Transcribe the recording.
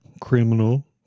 criminal